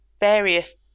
various